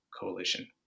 coalition